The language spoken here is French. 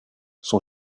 son